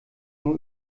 nur